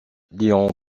léon